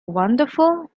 wonderful